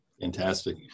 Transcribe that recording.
Fantastic